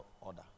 order